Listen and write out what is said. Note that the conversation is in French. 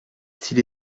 s’il